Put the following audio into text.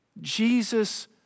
Jesus